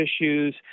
issues